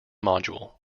module